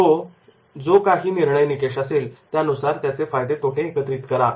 तो जो काही निर्णय निकष असेल त्यानुसार त्याचे फायदे तोटे एकत्रित करा